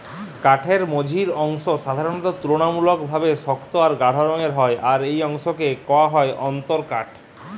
কাঠের মঝির অংশ সাধারণত তুলনামূলকভাবে শক্ত আর গাঢ় রঙের হয় আর এই অংশকে কওয়া হয় অন্তরকাঠ